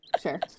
sure